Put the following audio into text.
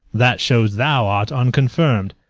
that shows thou art unconfirmed.